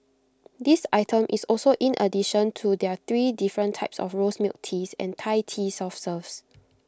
this item is also in addition to their three different types of rose milk teas and Thai tea soft serves